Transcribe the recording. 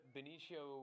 Benicio